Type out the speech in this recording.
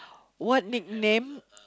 what nickname